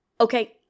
Okay